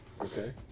Okay